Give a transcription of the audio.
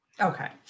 Okay